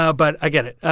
ah but i get it.